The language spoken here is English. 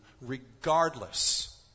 regardless